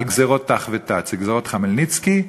על גזירות ת"ח ות"ט, גזירות חמלניצקי,